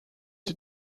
die